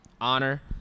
honor